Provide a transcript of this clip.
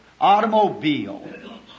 automobile